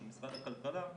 של משרד הכלכלה,